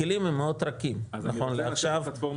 הכלים הם מאוד רכים נכון לעכשיו,